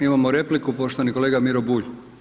Imamo repliku poštovani kolega Miro Bulj.